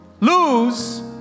lose